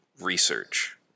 research